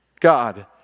God